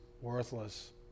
worthless